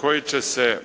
Koji je odnos